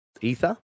ether